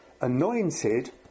anointed